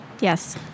Yes